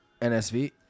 NSV